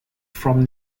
from